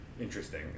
interesting